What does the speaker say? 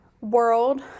world